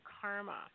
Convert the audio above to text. Karma